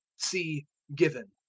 see given.